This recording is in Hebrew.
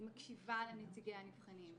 היא מקשיבה לנציגי הנבחנים.